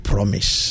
Promise